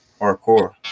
hardcore